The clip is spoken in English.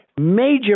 major